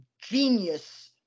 genius